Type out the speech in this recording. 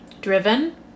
driven